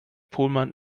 pohlmann